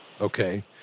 Okay